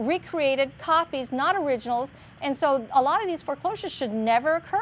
recreated copies not originals and so a lot of these foreclosures should never occur